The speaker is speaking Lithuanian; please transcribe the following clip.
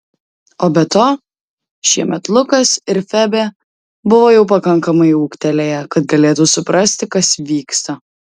o be to šiemet lukas ir febė buvo jau pakankamai ūgtelėję kad galėtų suprasti kas vyksta